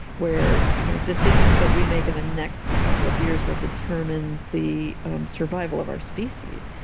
where you know decisions that we make in the next couple of years will determine the survival of our species.